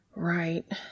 Right